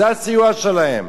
זה הסיוע שלהם.